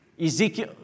Ezekiel